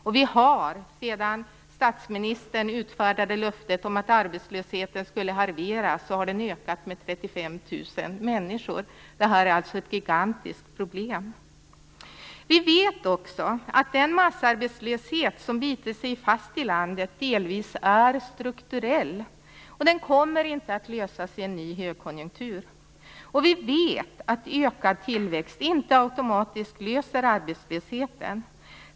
Och sedan statsministern utfärdade löftet om en halvering av arbetslösheten har den ökat med 35 000 människor. Detta är alltså ett gigantiskt problem. Vi vet också att den massarbetslöshet som bitit sig fast i landet delvis är strukturell, och den kommer inte att försvinna vid en ny högkonjunktur. Vi vet också att en ökad tillväxt inte automatiskt löser problemet med arbetslösheten.